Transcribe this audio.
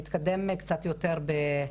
יש